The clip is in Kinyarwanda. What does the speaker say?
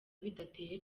bidateye